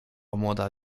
młoda